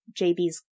JB's